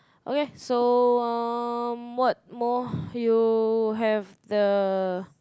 okay so um what more you have the